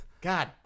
God